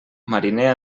mariner